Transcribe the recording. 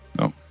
No